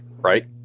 right